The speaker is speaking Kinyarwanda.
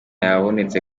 yabonetse